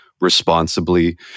responsibly